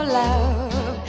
love